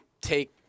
take